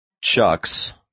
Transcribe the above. chucks